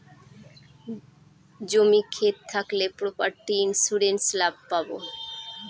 জমি ক্ষেত থাকলে প্রপার্টি ইন্সুরেন্স লাভ পাবো